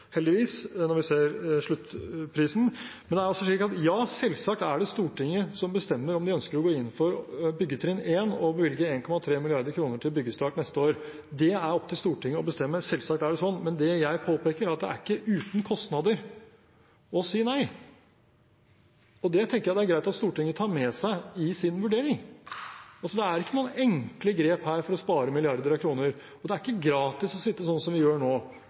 heldigvis, når vi ser sluttprisen. Ja, selvsagt er det Stortinget som bestemmer om de ønsker å gå inn for byggetrinn 1 og bevilge 1,3 mrd. kr til byggestart neste år. Det er det opp til Stortinget å bestemme, selvsagt er det slik, men det jeg påpeker, er at det ikke er uten kostnader å si nei. Det tenker jeg det er greit at Stortinget tar med seg i sin vurdering. Det er ikke noen enkle grep her for å spare milliarder av kroner, og det er ikke gratis å sitte slik vi gjør nå.